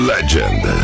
Legend